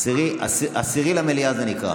"עשירי למליאה".